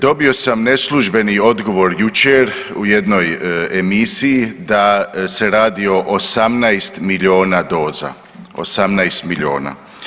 Dobio sam neslužbeni odgovor jučer u jednoj emisiji da se radi o 18 milijuna doza, 18 milijuna.